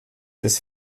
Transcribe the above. des